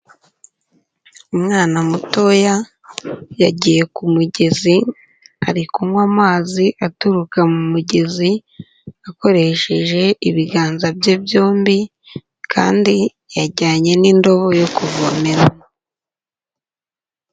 Umwana mutoya yagiye kumugezi, ari kunywa amazi aturuka mu mugezi akoresheje ibiganza bye byombi kandi yajyanye n'indobo yo kuvomeramo.